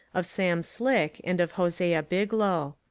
of sam slick and of hosea biglow.